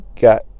got